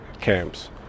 camps